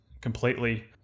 completely